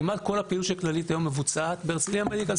כמעט כל הפעילות של כללית היום מבוצעת בהרצליה מדיקל